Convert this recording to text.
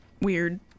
weird